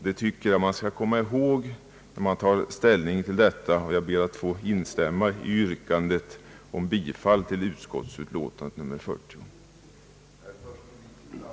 Det bör man ha i minnet när man tar ställning till förslaget. Jag ber att få instämma i yrkandet om bifall till utskottets hemställan i andra lagutskottets utlåtande nr 40.